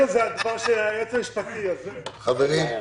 הישיבה ננעלה בשעה 13:15.